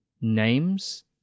names